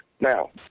Now